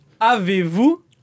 avez-vous